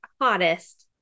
hottest